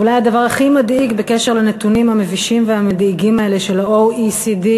ואולי הדבר הכי מדאיג בנתונים המבישים והמדאיגים האלה של ה-OECD,